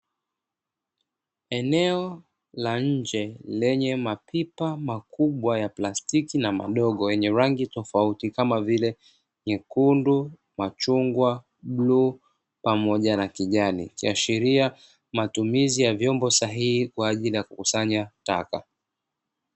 Eneo la nje lenye mapipa makubwa ya plastiki na madogo yenye rangi tofauti kama vile: nyekundu, machungwa, bluu pamoja na kijani; ikiashiria matumizi ya vyombo sahihi kwa ajili ya kukusanya taka.